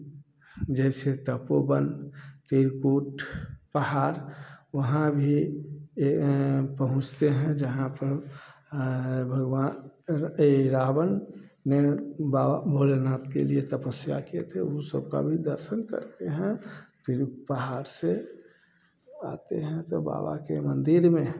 जैसे तपोवन तीलकुट पहाड़ वहाँ भी वह पहुँचते हैं जहाँ पर भगवान यह रावण ने बाबा भोलेनाथ के लिए तपस्या की थी उस सबका भी दर्शन करते हैं तीरू पहाड़ से आते हैं तो बाबा के मंदिर में